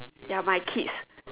ya my kids